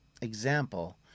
example